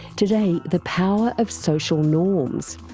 today, the power of social norms,